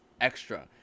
extra